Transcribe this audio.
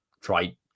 try